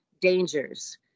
dangers